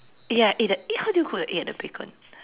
ya eh the egg how do you cook the egg and the bacon